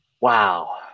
wow